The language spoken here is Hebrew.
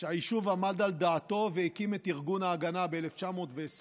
שהיישוב עמד על דעתו והקים את ארגון ההגנה ב-1920,